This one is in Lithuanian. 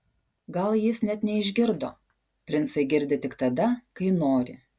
gal jis net neišgirdo princai girdi tik tada kai nori